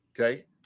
Okay